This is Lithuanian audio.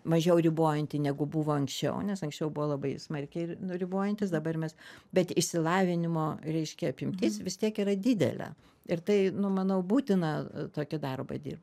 mažiau ribojantį negu buvo anksčiau nes anksčiau buvo labai smarkiai ir nu ribojantys dabar mes bet išsilavinimo reiškia apimtis vis tiek yra didelė ir tai nu manau būtina tokį darbą dirbt